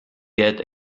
get